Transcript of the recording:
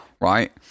right